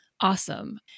awesome